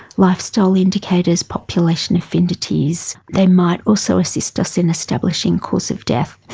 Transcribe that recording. lifestyle indicators, population affinities. they might also assist us in establishing cause of death.